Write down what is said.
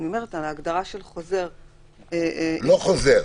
לא חוזר.